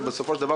ובסופו של דבר,